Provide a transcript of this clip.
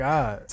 God